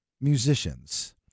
musicians